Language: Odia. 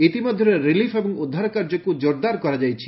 ଇତିମଧ୍ୟରେ ରିଲିଫ୍ ଏବଂ ଉଦ୍ଧାର କାର୍ଯ୍ୟକ୍ ଜୋର୍ଦାର କରାଯାଇଛି